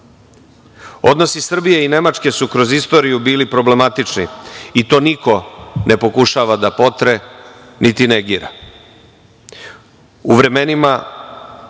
Odnosi Srbije i Nemačke su kroz istoriju bili problematični i to niko ne pokušava da potre, niti negira.U